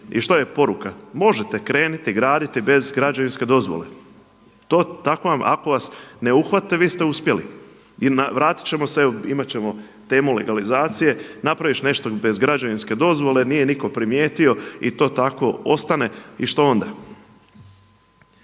I što je poruka? Možete krenuti graditi bez građevinske dozvole? To, tako ako vas ne uhvate vi ste uspjeli i vratit ćemo se, evo imat ćemo temu legalizacije. Napraviš nešto bez građevinske dozvole, nije nitko primijetio i to tako ostane i što onda?